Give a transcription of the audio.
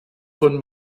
von